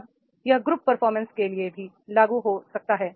अब यह group performance के लिए भी लागू हो सकता है